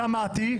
שמעתי.